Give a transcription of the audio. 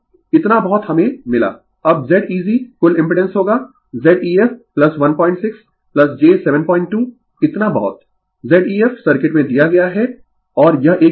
तो इतना बहुत हमें मिला अब Z eg कुल इम्पिडेंस होगा Zef 16 j 72 इतना बहुत Z ef सर्किट में दिया गया है और यह एक जोड़ें